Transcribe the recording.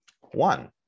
one